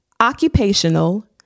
occupational